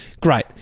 Great